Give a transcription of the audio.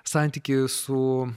santykį su